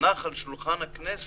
"תונח על שולחן הכנסת"